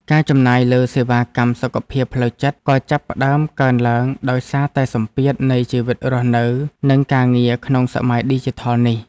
ការចំណាយលើសេវាកម្មសុខភាពផ្លូវចិត្តក៏ចាប់ផ្ដើមកើនឡើងដោយសារតែសម្ពាធនៃជីវិតរស់នៅនិងការងារក្នុងសម័យឌីជីថលនេះ។